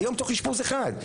והיום תוך אשפוז אחד,